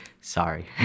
sorry